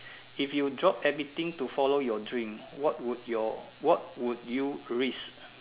if you drop everything to follow your dream what would your what would you risk